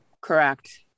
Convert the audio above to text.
Correct